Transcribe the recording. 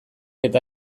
eta